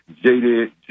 jaded